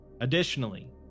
Additionally